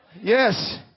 Yes